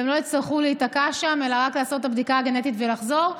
והם לא יצטרכו להיתקע שם אלא רק לעשות את הבדיקה הגנטית ולחזור.